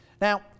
Now